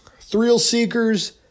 thrill-seekers